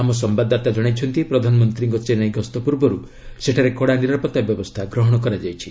ଆମ ସମ୍ବାଦଦାତା ଜଣାଇଛନ୍ତି ପ୍ରଧାନମନ୍ତ୍ରୀଙ୍କ ଚେନ୍ନାଇ ଗସ୍ତ ପୂର୍ବରୁ ସେଠାରେ କଡ଼ା ନିରାପତ୍ତା ବ୍ୟବସ୍ଥା ଗ୍ରହଣ କରାଯାଇଛି